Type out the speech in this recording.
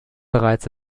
bereits